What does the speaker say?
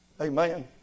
Amen